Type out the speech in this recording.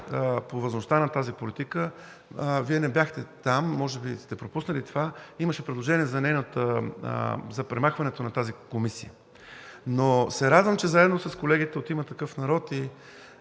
по важността на тази политика – Вие не бяхте там, може би сте пропуснали това, имаше предложение за премахването на тази Комисия. Но се радвам, че заедно с колегите от „Има такъв народ“ и